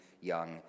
young